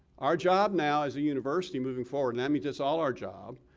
our job now as the university moving forward, and that means it's all our job,